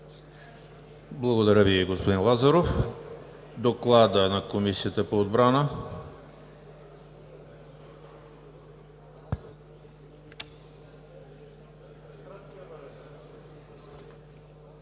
Благодаря Ви, господин Лазаров. Доклад на Комисията по отбрана.